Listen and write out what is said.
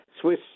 Swiss